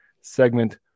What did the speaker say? segment